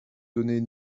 donnait